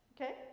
Okay